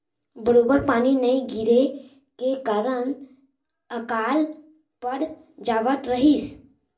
बरोबर पानी नइ गिरे के कारन अकाल पड़ जावत रहिस